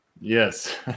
yes